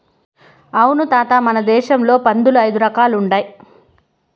అవును తాత మన దేశంల పందుల్ల ఐదు రకాలుండాయి